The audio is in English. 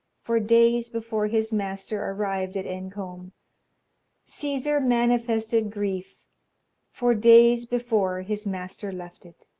for days before his master arrived at encombe caesar manifested grief for days before his master left it.